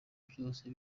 byose